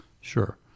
Sure